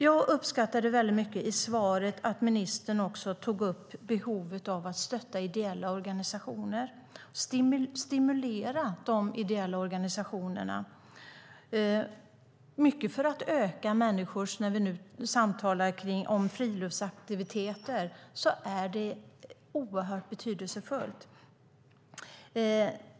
Jag uppskattade att ministern i svaret tog upp behovet av att stötta ideella organisationer och stimulera dem. Det är oerhört betydelsefullt.